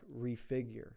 refigure